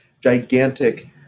gigantic